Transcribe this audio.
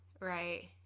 right